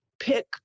pick